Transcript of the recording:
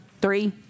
three